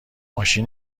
ماشین